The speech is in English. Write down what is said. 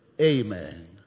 amen